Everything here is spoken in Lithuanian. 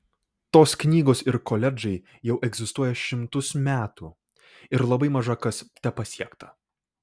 tos knygos ir koledžai jau egzistuoja šimtus metų ir labai maža kas tepasiekta